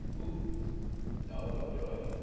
ooh no don't do it